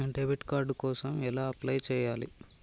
Debit card కోసం ఎలా apply చేయాలి?